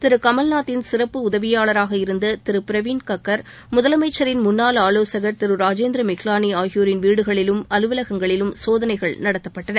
திரு கமல்நாத்தின் சிறப்பு உதவியாளராக இருந்த திரு பிரவீண் கக்கர் முதலமைச்சரின் முன்னாள் ஆலோசகர் திரு ராஜேந்திர மிக்லாளி ஆகியோரின் வீடுகளிலும் அலுவலகங்களிலும் சோதனைகள் நடத்தப்பட்டன